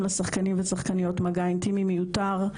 לשחקנים ושחקניות מגע אינטימי מיותר,